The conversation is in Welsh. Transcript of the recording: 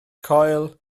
coil